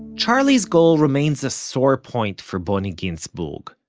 charlie's goal remains a sore point for boni ginzburg,